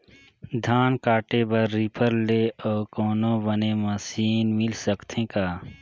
धान काटे बर रीपर ले अउ कोनो बने मशीन मिल सकथे का?